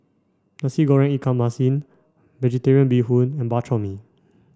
Nasi Goreng Ikan Masin vegetarian bee hoon and Bak Chor Mee